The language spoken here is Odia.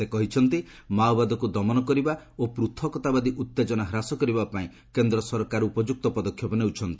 ସେ କହିଛନ୍ତି ମାଓବାଦକୁ ଦମନ କରିବା ଓ ପ୍ରଥକତାବାଦୀ ଉତ୍ତେଜନା ହ୍ରାସ କରିବାପାଇଁ କେନ୍ଦ୍ର ସରକାର ଉପଯୁକ୍ତ ପଦକ୍ଷେପ ନେଉଛନ୍ତି